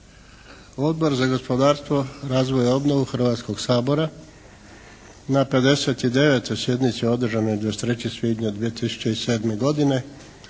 Odbor za gospodarstvo, razvoj i obnovu Hrvatskog sabora na 59. sjednici održanoj 23. svibnja 2007. godine